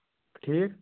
ٹھیٖک